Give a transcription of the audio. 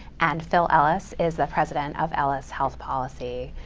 and phil ellis is the president of ellis health policy.